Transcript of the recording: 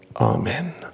Amen